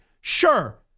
sure